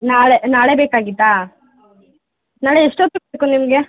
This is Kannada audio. ನಾಳೆ ನಾಳೆ ಬೇಕಾಗಿತ್ತಾ ನಾಳೆ ಎಷ್ಟೊತ್ತಿಗ್ ಬೇಕು ನಿಮಗೆ